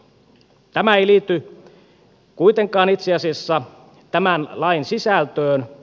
tämä ei liity kuitenkaan itse asiassa tämän lain sisältöön